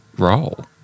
role